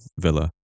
Villa